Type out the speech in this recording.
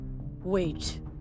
Wait